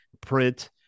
print